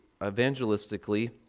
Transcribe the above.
evangelistically